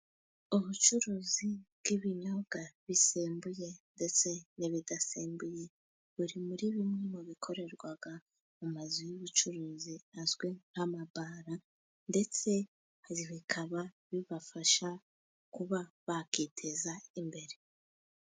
Ubucuruzi bw'ibinyobwa bisembuye ndetse n'ibidasembuye, biri muri bimwe mu bikorerwa mu mazu y'ubucuruzi, azwi nk'amabare ndetse bikaba bibafasha kuba bakwiteza imbere.